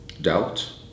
Doubt